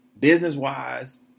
business-wise